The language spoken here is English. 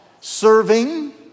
serving